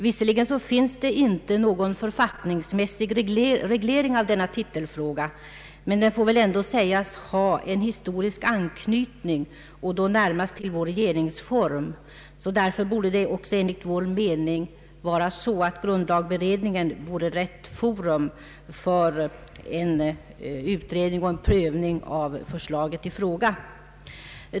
Visserligen finns det inte någon författningsmässig reglering av denna titelfråga, men den får väl ändå sägas ha en historisk anknytning, närmast till vår regeringsform. Därför borde det också enligt vår mening vara så att grundlagberedningen vore rätt forum för en utredning och prövning av förslaget i fråga.